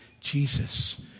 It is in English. Jesus